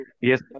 Yes